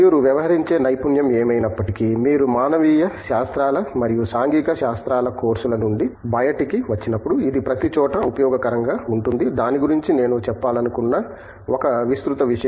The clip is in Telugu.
మీరు వ్యవహరించే నైపుణ్యం ఏమైనప్పటికీ మీరు మానవీయ శాస్త్రాలు మరియు సాంఘిక శాస్త్రాల కోర్సుల నుండి బయటకి వచ్చినప్పుడు ఇది ప్రతిచోటా ఉపయోగకరంగా ఉంటుంది దాని గురించి నేను చెప్పాలనుకున్న ఒక విస్తృత విషయం